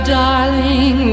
darling